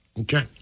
Okay